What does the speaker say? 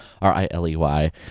R-I-L-E-Y